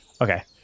Okay